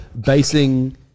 basing